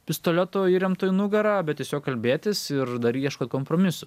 pistoleto įremto į nugarą bet tiesiog kalbėtis ir dar jie ieško ir kompromisų